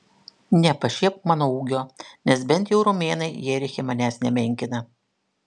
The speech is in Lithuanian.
nepašiepk mano ūgio nes bent jau romėnai jeriche manęs nemenkina